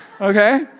Okay